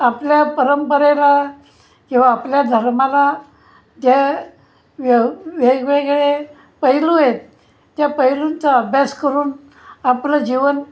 आपल्या परंपरेला किंवा आपल्या धर्माला जे व्यव वेगवेगळे पैलू आहेत त्या पैलूंचा अभ्यास करून आपलं जीवन